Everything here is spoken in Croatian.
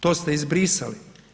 To ste izbrisali.